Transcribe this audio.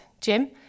Jim